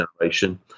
generation